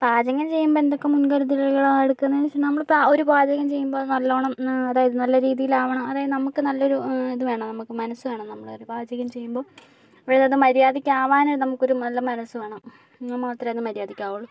പാചകം ചെയ്യുമ്പം എന്തൊക്കെ മുൻകരുതലുകളാണ് എടുക്കുന്നത് എന്ന് ചോദിച്ചാൽ നമ്മള് ഇപ്പം ഒരു പാചകം ചെയ്യുമ്പോൾ അത് നല്ലോണം അതായത് നല്ല രീതിയില് ആകണം അതായത് നമുക്ക് നല്ലൊരു ഇത് വേണം നമുക്ക് മനസ് വേണം നമ്മള് ഒരു പാചകം ചെയ്യുമ്പോൾ അതായത് മര്യാദയ്ക്ക് ആകാൻ നമുക്ക് ഒരു നല്ല മനസ് വേണം എന്നാൽ മാത്രമേ അത് മര്യാദയ്ക്ക് ആവുകയുള്ളൂ